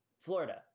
Florida